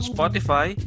Spotify